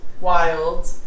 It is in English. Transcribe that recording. wild